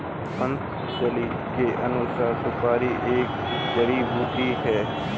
पतंजलि के अनुसार, सुपारी एक जड़ी बूटी है